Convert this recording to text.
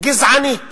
גזענית